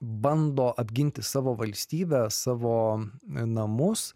bando apginti savo valstybę savo namus